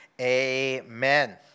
Amen